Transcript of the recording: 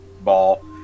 ball